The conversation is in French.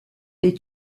les